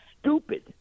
stupid